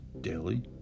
Daily